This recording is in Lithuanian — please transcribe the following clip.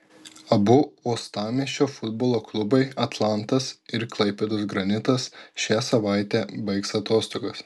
abu uostamiesčio futbolo klubai atlantas ir klaipėdos granitas šią savaitę baigs atostogas